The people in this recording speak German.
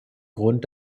grund